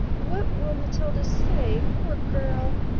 what will matilda say, poor girl?